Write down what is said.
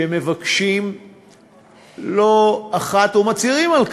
שמבקשים לא אחת, ומצהירים על כך,